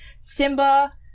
Simba